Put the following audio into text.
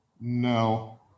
no